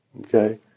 Okay